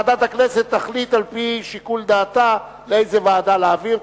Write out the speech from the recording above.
ועדת הכנסת תחליט על-פי שיקול דעתה לאיזה ועדה להעביר.